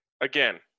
again